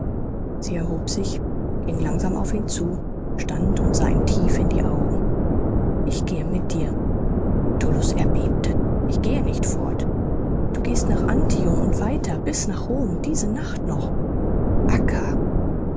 sie erhob sich ging langsam auf ihn zu stand und sah ihm tief in die augen ich gehe mit dir tullus erbebte ich gehe nicht fort du gehst nach antium und weiter bis nach rom diese nacht noch